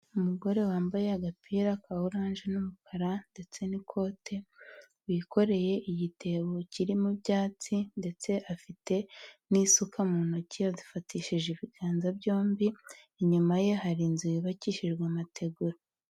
Umugore wambaye agapira ka oranje n'umukara ndetse n'ikote, wikoreye igitebo kirimo ibyatsi ndetse afite n'isuka mu ntoki azifatishije ibiganza byombi, inyuma ye hari inzu yubakishijwe amategura.